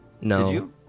No